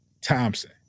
Thompson